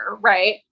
right